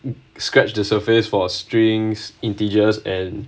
scratch the surface for strings integers and